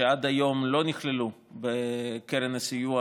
שעד היום לא נכללו בקרן הסיוע,